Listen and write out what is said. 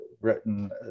written